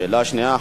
שאלה שנייה,